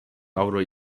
avro